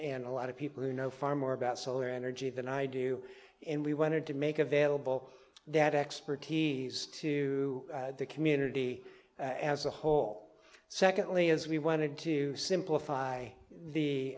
nd a lot of people who know far more about solar energy than i do and we wanted to make available that expertise to the community as a whole secondly as we wanted to simplify the